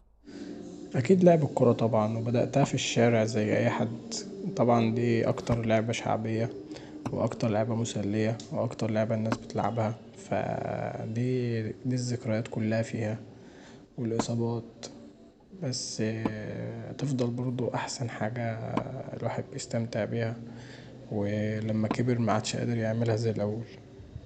اكيد لعب الكوره طبعا وبدأتها في الشارع زي اي حد، طبعا دي اكتر لعبة شعبيه، واكتر لعبه مسليه، واكتر لعبه الناس بتلعبها، دي دي الذكريات كلها فيها والاصابات، بس هتفضل برضو احسن حاجه الواحد بيستمتع بيها ولما كبر معتدش قادر يعملها زي الأول